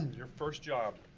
your first job.